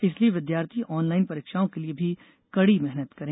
इसलिये विद्यार्थी ऑनलाइन परीक्षाओं के लिये भी कड़ी मेहनत करें